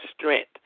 strength